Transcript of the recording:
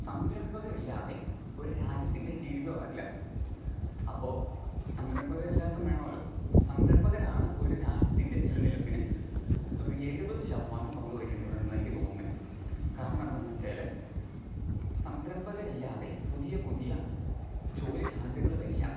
സംരംഭകരില്ലാതെ ഒരു രാജ്യത്തിൻ്റെ G D P വളരില്ല അപ്പോൾ സംരംഭകർ എല്ലായിടത്തും വേണമല്ലോ സംരംഭകരാണ് ഒരു രാജ്യത്തിൻ്റെ നിലനിൽപ്പിന് ഒരു എഴുപതു ശതമാനം പങ്കു വഹിക്കുന്നതെന്നെനിക്ക് തോന്നുന്നത് കാരണം എന്താണെന്നു വെച്ചാൽ സംരംഭകരില്ലാതെ പുതിയ പുതിയ ജോലി സാദ്ധ്യതകൾ വരില്ല